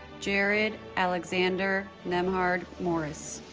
jarrod alexander nembhard-morris